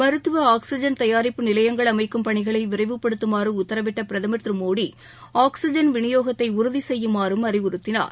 மருத்துவஆக்சிஐன் கயாரிப்பு நிலையங்கள் அமைக்கும் பணிகளைவிரைவுபடுத்தமாறுஉத்தரவிட்டபிரதுர் திருமோடி ஆக்சிஜன் விநியோகத்தைஉறுதிசெய்யுமாறும் அறிவுறுத்தினார்